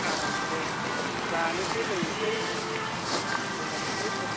आरामसे जानोसै लोंनोसै बेरायनोसै फट'